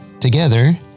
together